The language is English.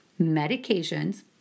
medications